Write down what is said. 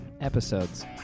episodes